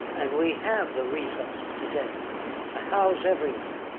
and we have the resources today to house everyone,